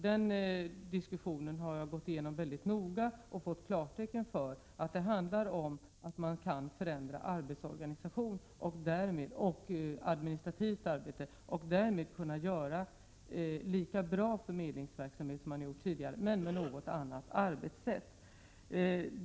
Jag har haft en noggrann genomgång av saken och fått klartecken för att man skall förändra arbetsorganisationen och det administrativa arbetet och därmed kunna genomföra lika god förmedlingsverksamhet som tidigare, men med ett något förändrat arbetssätt.